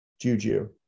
Juju